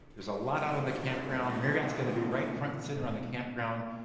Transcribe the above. there's a lot out on the campground. marriott's gonna be right front and center on the campground.